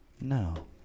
No